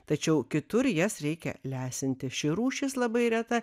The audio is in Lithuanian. tačiau kitur jas reikia lesinti ši rūšis labai reta